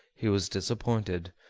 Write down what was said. he was disappointed,